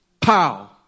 Pow